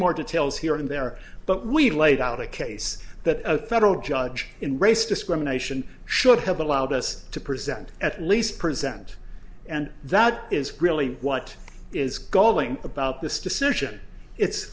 more details here and there but we laid out a case that a federal judge in race discrimination should have allowed us to present at least present and that is really what is going about this decision it's